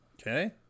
Okay